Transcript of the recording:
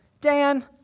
Dan